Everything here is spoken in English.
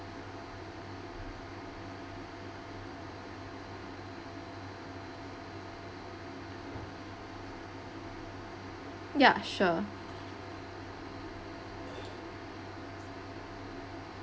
ya sure